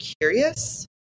curious